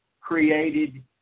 created